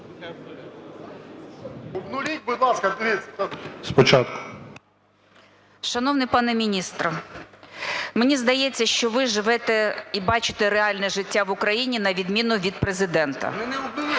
Шановний пане міністре, мені здається, що ви живете і бачите реальне життя в Україні на відміну від Президента.